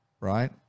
right